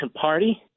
party